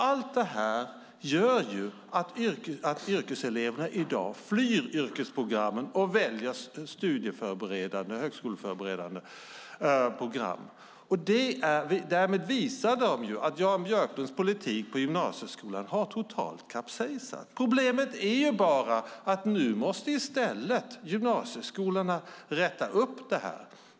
Allt detta gör att yrkeseleverna i dag flyr yrkesprogrammen och väljer högskoleförberedande program. Därmed visar de att Jan Björklunds politik för gymnasieskolan har totalt kapsejsat. Problemet är bara att nu måste i stället gymnasieskolorna rätta upp det.